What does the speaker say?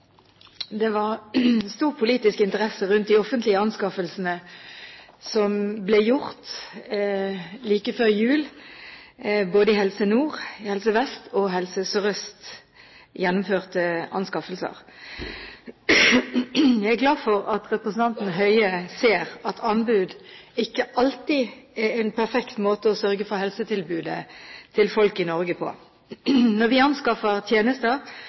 Det var stor politisk interesse rundt de offentlige anskaffelsene som ble gjort like før jul. Både Helse Nord, Helse Vest og Helse Sør-Øst gjennomførte anskaffelser. Jeg er glad for at representanten Høie ser at anbud ikke alltid er en perfekt måte å sørge for helsetilbudet til folk i Norge på. Når vi anskaffer tjenester